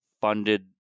funded